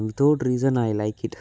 without reason I like it